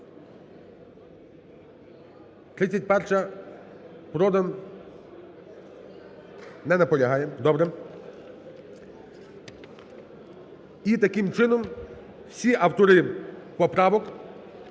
31-а. Продан. Не наполягає. Добре. І таким чином, всі автори поправок